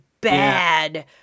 bad